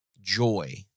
joy